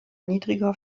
niedriger